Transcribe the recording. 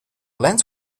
lens